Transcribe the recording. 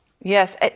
Yes